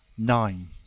nine.